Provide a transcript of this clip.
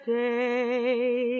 day